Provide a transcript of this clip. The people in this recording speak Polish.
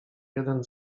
jeden